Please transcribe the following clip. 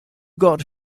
got